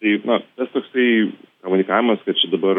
tai na tas toksai komunikavimas kad čia dabar